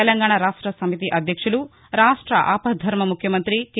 తెలంగాణ రాష్ట సమితి అధ్యక్షులు రాష్ట అపద్దర్మ ముఖ్యమంతి కె